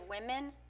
women